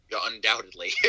Undoubtedly